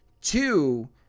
Two